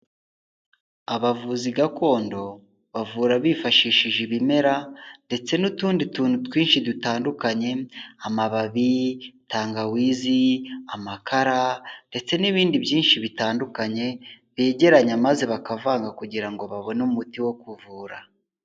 Abavuzi gakondo bavura bifashishije ibimera ndetse n'utundi tuntu twinshi dutandukanye amababi, tangawizi, amakara, ndetse n'ibindi byinshi bitandukanye begeranya maze bakavanga kugira ngo babone umuti wo kuvura.